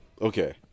okay